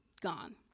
gone